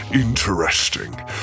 interesting